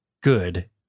good